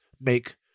make